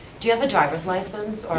do you have a driver's license?